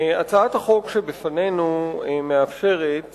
הצעת החוק שלפנינו מאפשרת